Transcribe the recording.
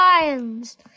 lions